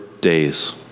days